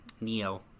Neo